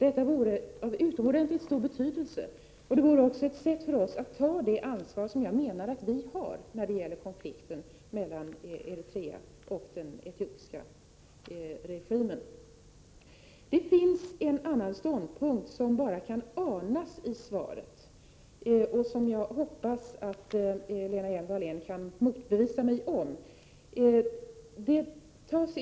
Det skulle vara av utomordentligt stor betydelse, och det skulle också vara ett sätt för oss att ta det ansvar som jag menar att vi har när det gäller konflikten mellan Eritrea och den etiopiska regimen. Man kan ana en annan ståndpunkt i svaret. Jag hoppas att Lena Hjelm-Wallén kan motbevisa mig på den punkten.